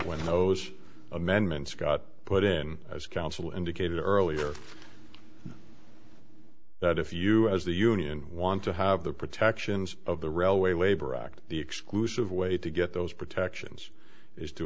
those amendments got put in as counsel indicated earlier that if you as the union want to have the protections of the railway labor act the exclusive way to get those protections is to